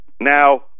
Now